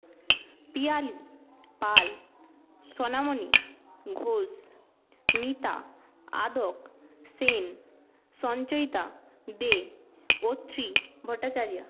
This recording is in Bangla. পিয়ালী পাল সোনামণি ঘোষ মিতা আদক সেন সঞ্চয়িতা দে অত্রি ভট্টাচার্য